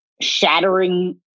shattering